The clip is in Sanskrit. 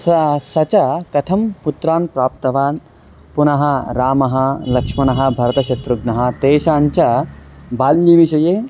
सः सः च कथं पुत्रान् प्राप्तवान् पुनः रामः लक्ष्मणः भरतः शत्रुघ्नः तेषां च बाल्यविषये